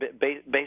based